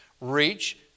reach